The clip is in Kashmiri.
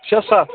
شےٚ سَتھ